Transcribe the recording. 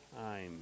time